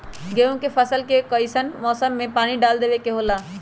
गेहूं के फसल में कइसन मौसम में पानी डालें देबे के होला?